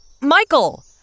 Michael